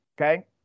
okay